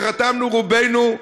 שחתמנו עליו רובנו,